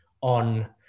on